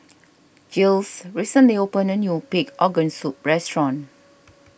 Giles recently opened a new Pig Organ Soup restaurant